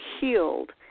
healed